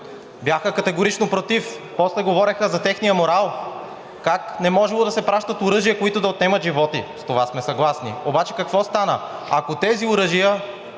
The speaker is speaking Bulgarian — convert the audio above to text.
бяха категорично против, после говореха за техния морал – как не можело да се пращат оръжия, които да отнемат животи. С това сме съгласни. Обаче какво стана? Ако тези оръжия